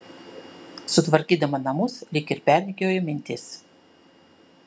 sutvarkydama namus lyg ir perrikiuoju mintis